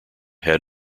had